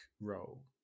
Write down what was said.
role